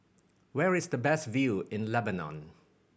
where is the best view in Lebanon